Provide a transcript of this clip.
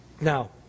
Now